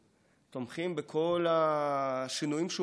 תומכים בכל השינויים שהוא מביא,